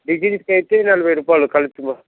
బిజినెస్కయితే నలభై రూపాయలు కలిపి మొత్తం